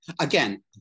again